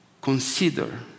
Consider